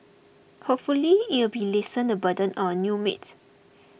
hopefully it'll be lessen the burden on our new maid